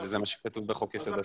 זה מה שכתוב חוק יסודות התקציב.